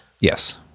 Yes